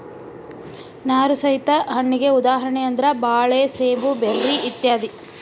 ನಾರು ಸಹಿತ ಹಣ್ಣಿಗೆ ಉದಾಹರಣೆ ಅಂದ್ರ ಬಾಳೆ ಸೇಬು ಬೆರ್ರಿ ಇತ್ಯಾದಿ